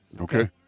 Okay